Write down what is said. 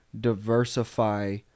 diversify